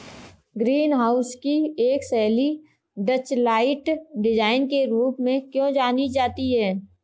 Green house की एक शैली डचलाइट डिजाइन के रूप में क्यों जानी जाती है?